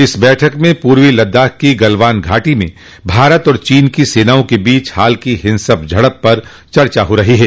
इस बैठक में पूर्वी लद्दाख की गलवान घाटी में भारत और चीन की सेनाओं के बीच हाल की हिसक झड़प पर चर्चा हो रही है